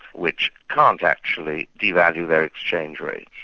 which can't actually devalue their exchange rate.